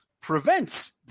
prevents